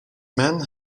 men